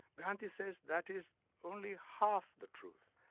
gandhi says that is only half the truth.